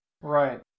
Right